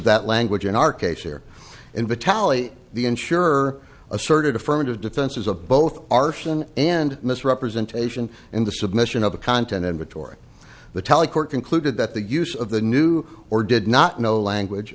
that language in our case here and vitaly the insurer asserted affirmative defenses of both arson and misrepresentation in the submission of the content inventory the tally court concluded that the use of the new or did not know language